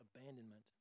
abandonment